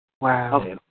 Wow